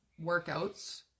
workouts